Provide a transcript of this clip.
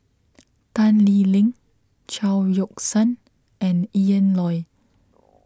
Tan Lee Leng Chao Yoke San and Ian Loy